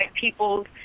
people's